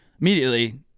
immediately